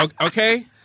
Okay